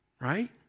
right